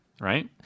right